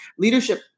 leadership